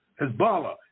Hezbollah